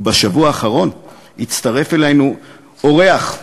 ובשבוע האחרון הצטרף אלינו אורח,